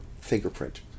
fingerprint